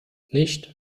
nicht